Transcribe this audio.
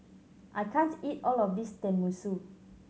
I can't eat all of this Tenmusu